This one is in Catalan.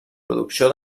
producció